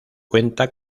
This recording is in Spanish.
cuenta